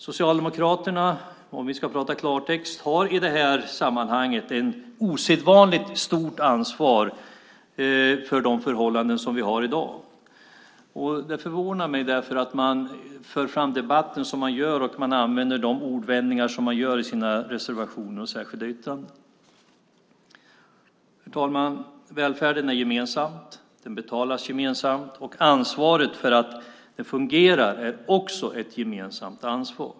Socialdemokraterna, om vi ska prata klartext, har i det här sammanhanget ett osedvanligt stort ansvar för de förhållanden som vi har i dag. Det förvånar mig därför att man för fram debatten som man gör och att man använder de ordvändningar som man gör i sina reservationer och särskilda yttranden. Herr talman! Välfärden är gemensam. Den betalas gemensamt, och ansvaret för att den fungerar är också ett gemensamt ansvar.